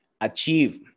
achieve